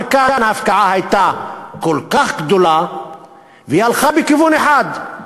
אבל כאן ההפקעה הייתה כל כך גדולה והלכה בכיוון אחד: